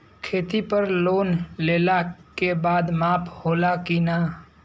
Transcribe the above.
खेती पर लोन लेला के बाद माफ़ होला की ना?